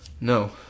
No